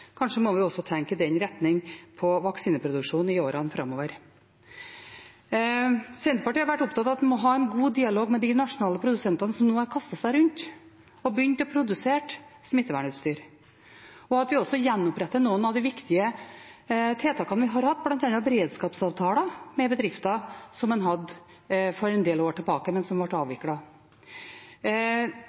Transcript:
Kanskje må vi også tenke i den retningen om vaksineproduksjon i årene framover. Senterpartiet har vært opptatt av at en må ha en god dialog med de nasjonale produsentene som nå har kastet seg rundt og begynt å produsere smittevernutstyr, og også gjenopprette noen av de viktige tiltakene en har hatt, bl.a. beredskapsavtaler en hadde med bedrifter for en del år tilbake, men som ble